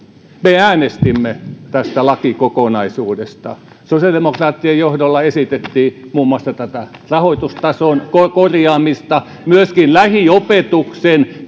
me äänestimme tästä lakikokonaisuudesta sosiaalidemokraattien johdolla esitettiin muun muassa tätä rahoitustason korjaamista myöskin lähiopetuksen